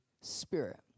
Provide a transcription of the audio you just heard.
Spirit